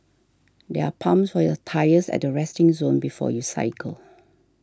there are pumps for your tyres at the resting zone before you cycle